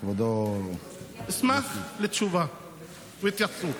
אשמח לתשובה והתייחסות.